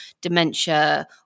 dementia